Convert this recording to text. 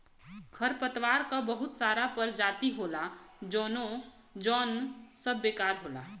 खरपतवार क बहुत सारा परजाती होला जौन सब बेकार होला